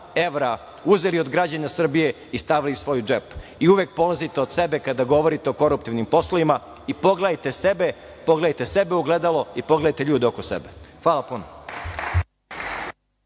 evra uzeli od građana Srbije i stavili u svoj džep. Uvek polazite od sebe kada govorite o koruptivnim poslovima i pogledajte sebe u ogledalo i pogledajte ljude oko sebe. Hvala puno.